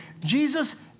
Jesus